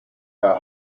her